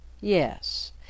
Yes